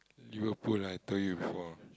Liverpool I told you before